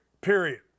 period